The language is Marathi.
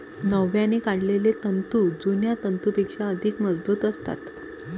नव्याने काढलेले तंतू जुन्या तंतूंपेक्षा अधिक मजबूत असतात